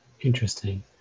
Interesting